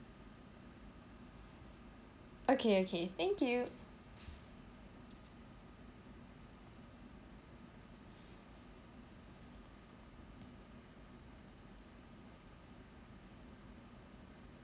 okay okay thank you